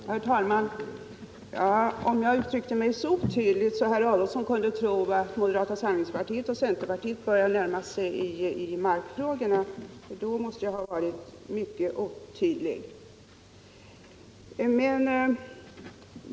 Herr talman! Om jag uttryckte mig så att herr Adolfsson kunde tro att moderata samlingspartiet och centerpartiet börjat närma sig varandra i markfrågorna, måste jag ha varit mycket otydlig.